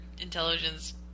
intelligence